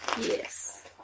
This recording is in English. Yes